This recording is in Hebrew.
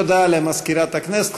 תודה למזכירת הכנסת.